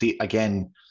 again